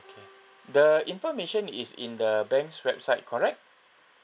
K the information is in the bank's website correct